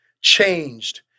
changed